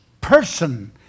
person